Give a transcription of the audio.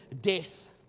death